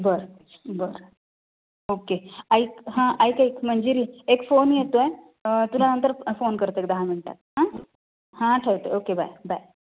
बरं बरं ओके ऐक हां ऐक ऐक मंजिरी एक फोन येतो आहे तुला नंतर फोन करतो एक दहा मिनटात हां हां ठेवते ओके बाय बाय